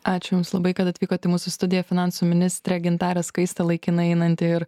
ačiū jums labai kad atvykot į mūsų studiją finansų ministrė gintarė skaistė laikinai einanti ir